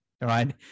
right